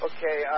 Okay